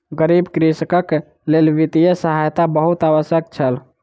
गरीब कृषकक लेल वित्तीय सहायता बहुत आवश्यक छल